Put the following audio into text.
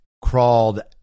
crawled